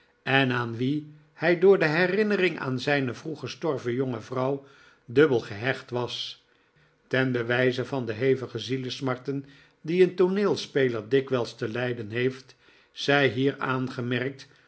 en aan wien hij door de herinnering aan zijne vroeg gestorven jonge vrouw dubbel gehecht was ten bewijze van de hevige zielesmarten die een tooneelspeler dikwijls te lijden heeft zij hier aangemerkt